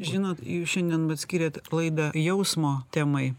žinot jūs šiandien vat skyrėt laidą jausmo temai